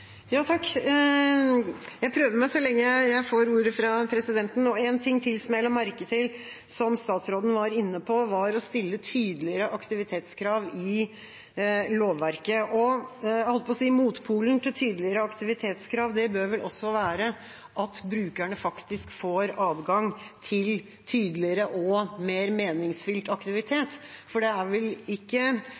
Jeg prøver meg så lenge jeg får ordet fra presidenten. Én ting til som jeg la merke til at statsråden var inne på, var det å stille tydeligere aktivitetskrav i lovverket. Jeg holdt på å si – motpolen til tidligere aktivitetskrav bør vel også være at brukerne faktisk får adgang til tidligere og mer meningsfylt aktivitet. For det er vel ikke